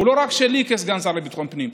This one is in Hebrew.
הוא לא רק שלי כסגן השר לביטחון הפנים.